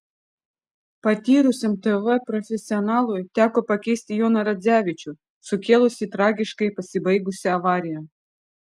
patyrusiam tv profesionalui teko pakeisti joną radzevičių sukėlusį tragiškai pasibaigusią avariją